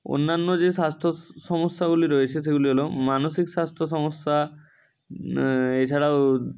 অন্যান্য যে স্বাস্থ্য স সমস্যাগুলি রয়েছে সেগুলি হল মানসিক স্বাস্থ্য সমস্যা এছাড়া ও